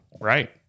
Right